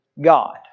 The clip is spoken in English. God